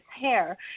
hair